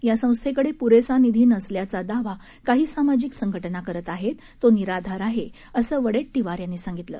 या संस्थेकडे पुरेसा निधी नसल्याचा दावा काही सामाजिक संघटना करत आहेत तो निराधार आहे असं वडेडीवार यांनी सांगितलं